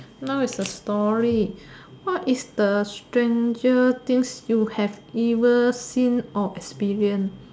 now is the story what is the strangest things you have ever seen or experienced